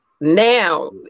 now